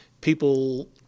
people